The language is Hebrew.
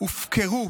הופקרו,